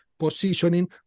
positioning